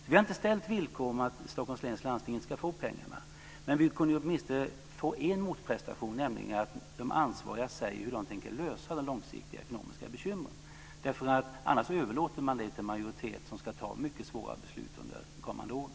Vi har inte ställt villkor för att Stockholms läns landsting ska få pengarna, men vi skulle åtminstone kunna få en motprestation, nämligen att de ansvariga säger hur de tänker lösa de långsiktiga ekonomiska bekymren. Annars överlåter man det till en majoritet som ska fatta mycket svåra beslut under de kommande åren.